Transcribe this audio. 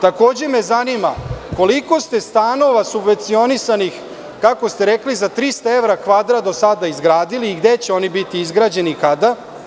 Takođe, zanima me koliko ste stanova subvencionisanih, kako ste rekli za 300 evra kvadrata do sada izgradili i gde će oni biti izgrađeni i kada?